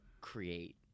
create